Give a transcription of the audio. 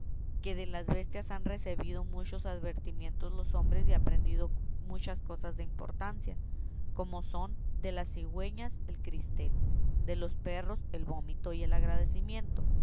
que de las bestias han recebido muchos advertimientos los hombres y aprendido muchas cosas de importancia como son de las cigüeñas el cristel de los perros el vómito y el agradecimiento